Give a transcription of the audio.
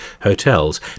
hotels